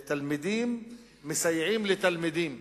שתלמידים מסייעים לתלמידים.